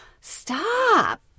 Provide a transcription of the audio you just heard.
stop